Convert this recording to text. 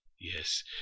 Yes